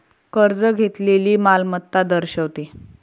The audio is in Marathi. कर्ज घेतलेली मालमत्ता दर्शवते